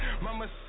Mama